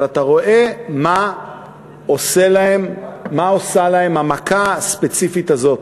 אבל אתה רואה מה עושה להם המכה הספציפית הזאת.